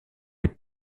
est